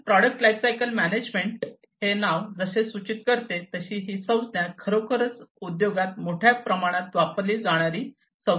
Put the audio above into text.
तर product lifecycle management हे नाव जसे सूचित करते तशी ही संज्ञा खरोखरच उद्योगात मोठ्या प्रमाणात वापरली जाणारी संज्ञा आहे